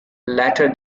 latter